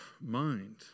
mind